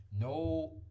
No